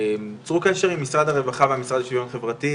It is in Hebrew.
צרו קשר עם משרד הרווחה ועם והמשרד לשוויון חברתי,